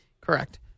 correct